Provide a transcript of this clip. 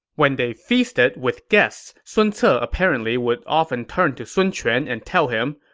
when they feasted with guests, sun ce ah apparently would often turn to sun quan and tell him,